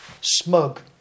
Smug